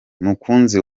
mukunzi